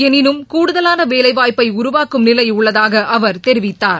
எனினும்கூடுதலான வேலைவாய்ப்பை உருவாக்கும் நிலை உள்ளதாக அவர் தெரிவித்தார்